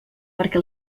perquè